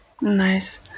nice